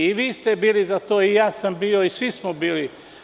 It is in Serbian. I vi ste bili za to, i ja sam bio, i svi smo bili.